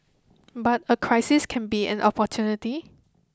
but a crisis can be an opportunity